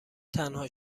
تنها